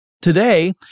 Today